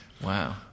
Wow